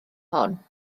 hon